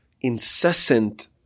incessant